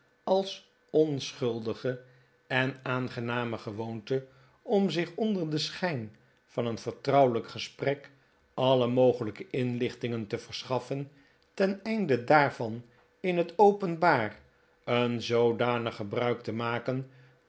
als onschuldige en aangename gewoonte om zich onder den schijn van een vertrouwelijk gesprek alle mogelijke inlichtingen te verschaffen teneinde daarvan in het openbaar een zoodanig gebruik te maken